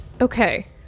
Okay